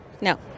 No